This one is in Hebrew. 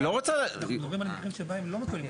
היא לא רוצה --- אנחנו מדברים על מקרים שבהם לא מקבלים החלטה.